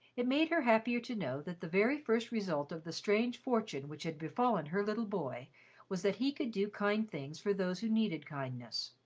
it made her happier to know that the very first result of the strange fortune which had befallen her little boy was that he could do kind things for those who needed kindness.